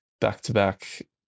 back-to-back